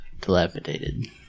Dilapidated